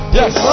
yes